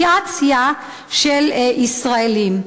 נאציפיקציה של ישראלים.